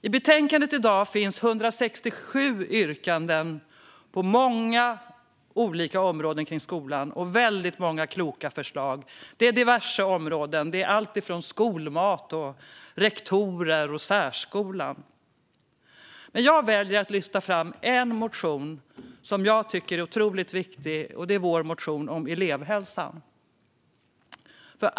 I detta betänkande finns 167 yrkanden på många olika områden kring skolan och väldigt många kloka förslag. Det rör sig om diverse områden: skolmat, rektorer och särskolan. Men jag väljer att lyfta fram en motion som jag tycker är otroligt viktig, och det är vår motion om elevhälsan.